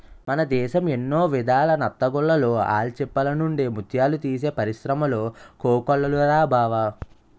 మన దేశం ఎన్నో విధాల నత్తగుల్లలు, ఆల్చిప్పల నుండి ముత్యాలు తీసే పరిశ్రములు కోకొల్లలురా బావా